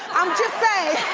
i'm just saying.